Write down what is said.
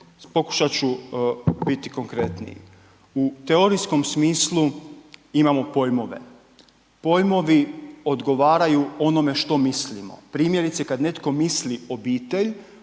pokušat ću biti konkretniji. U teorijskom smislu imamo pojmove, pojmovi odgovaraju onome što mislimo, primjerice kad netko misli obitelj